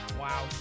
Wow